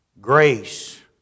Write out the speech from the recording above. grace